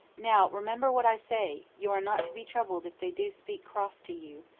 now remember what i say, you are not to be troubled if they do speak cross to you.